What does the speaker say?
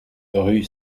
rue